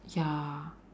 ya